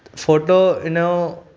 photo हिन जो